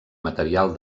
material